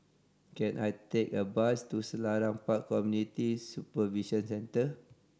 can I take a bus to Selarang Park Community Supervision Centre